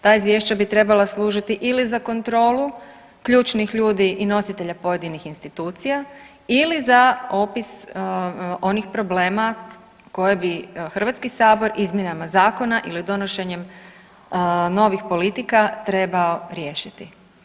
Ta izvješća bi trebala služiti ili za kontrolu ključnih ljudi i nositelja pojedinih institucija ili za opis onih problema koje bi Hrvatski sabor izmjenama zakona ili donošenjem novih politika trebao riješiti.